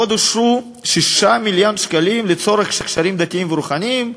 עוד אושרו 6 מיליון שקלים לצורך קשרים דתיים ורוחניים,